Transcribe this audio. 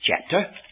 chapter